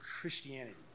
Christianity